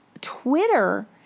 Twitter